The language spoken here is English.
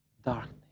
darkness